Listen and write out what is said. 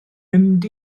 mynd